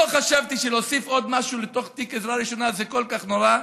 לא חשבתי שלהוסיף עוד משהו לתוך תיק עזרה זה כל כך נורא.